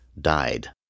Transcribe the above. died